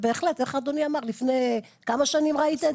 לפני כמה שנים אמרת שראית את זה?